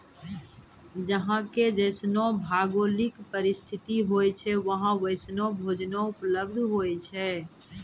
जहां के जैसनो भौगोलिक परिस्थिति होय छै वहां वैसनो भोजनो उपलब्ध होय छै